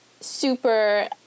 super